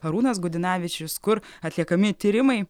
arūnas gudinavičius kur atliekami tyrimai